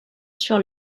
sur